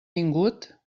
vingut